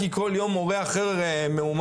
כי כל יום מורה אחר מאומת,